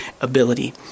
ability